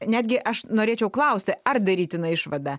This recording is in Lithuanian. netgi aš norėčiau klausti ar darytina išvada